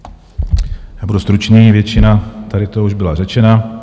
Já budu stručný, většina tady už byla řečena.